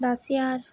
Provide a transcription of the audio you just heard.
दस ज्हार